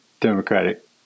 Democratic